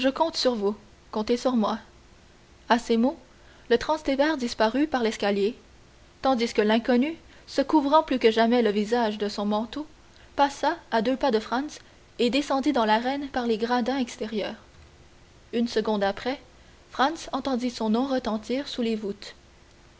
je compte sur vous comptez sur moi à ces mots le transtévère disparut par l'escalier tandis que l'inconnu se couvrant plus que jamais le visage de son manteau passa à deux pas de franz et descendit dans l'arène par les gradins extérieurs une seconde après franz entendit son nom retentir sous les voûtes